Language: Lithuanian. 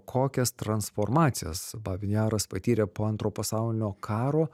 kokias transformacijas babyn jaras patyrė po antro pasaulinio karo